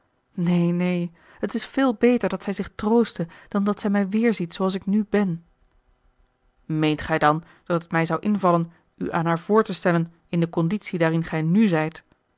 neen neen het is veel beter dat zij zich trooste dan dat zij mij weêrziet zooals ik nu ben meent gij dan dat het mij zou invallen u aan haar voor te stellen in de conditie daarin gij nu zijt